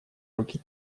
руки